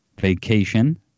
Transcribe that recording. vacation